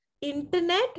internet